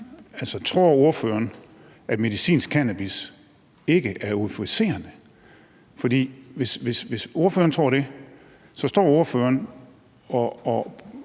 Altså, tror ordføreren, at medicinsk cannabis ikke er euforiserende? For hvis ordføreren tror det, står ordføreren og